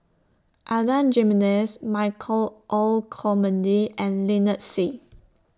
Adan Jimenez Michael Olcomendy and Lynnette Seah